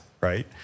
right